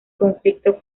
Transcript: conflicto